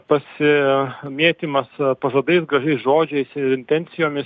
pasimėtymas pažadais gražiais žodžiais ir intencijomis